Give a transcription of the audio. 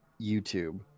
YouTube